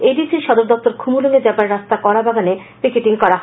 ADC র সদর দপ্তর খুমুলুঙ এ যাবার রাস্তা কলাবাগানে পিকেটিং করা হয়